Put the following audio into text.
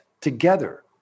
together